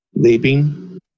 Leaping